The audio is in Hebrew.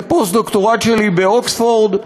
לפני שנים עשיתי את הפוסט-דוקטורט שלי באוקספורד.